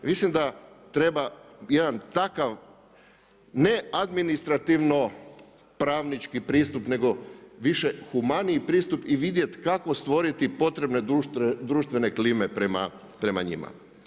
Mislim da treba jedan takav ne administrativno pravnički pristup nego više humaniji pristup i vidjet kako stvoriti potrebne društvene klime prema njima.